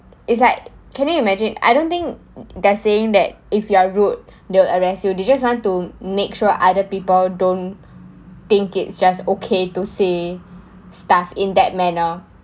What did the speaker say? it's like can you imagine I don't think they're saying that if you're rude they'll arrest you they just want to make sure other people don't think it's just okay to say stuff in that manner